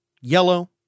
yellow